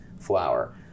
flour